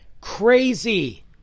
Crazy